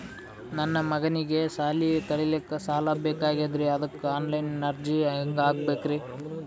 ನನ್ನ ಮಗನಿಗಿ ಸಾಲಿ ಕಲಿಲಕ್ಕ ಸಾಲ ಬೇಕಾಗ್ಯದ್ರಿ ಅದಕ್ಕ ಆನ್ ಲೈನ್ ಅರ್ಜಿ ಹೆಂಗ ಹಾಕಬೇಕ್ರಿ?